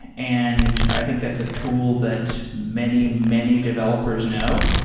and i think that's a tool that many, many developers know.